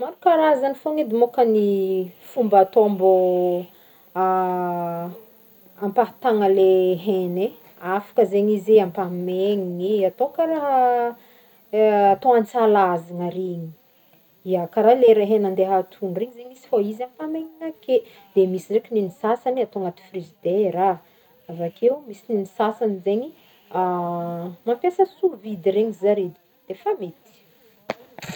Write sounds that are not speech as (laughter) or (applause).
Maro karazagny foagna edy môkany ny fomba atao mbô (hesitation) ampahatàgna anle hena e, afaka zegny izy ampahamenigny e, atao karaha atô antsalazana regny, ya karaha le hena le ande hatogno regny zegny izy fô izy koa fô izy ampahamenigny ake, de misy ndraiky negny sasany atô anaty frigidera avy ake, misy negny sasany (hesitation) mampiasa sous vide regny zare defa mety.